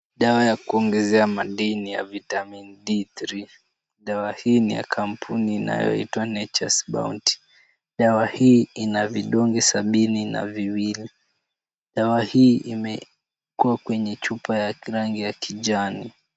Dawa ya kuonezea madini ya vitamin D3 . Dawa hii ni ya kampuni inayoitwa Nature's Bounty. Dawa hii ina vidunge sabini na viwili. Dawa hii imekuwa kwenye chupa ya rangi ya kijani.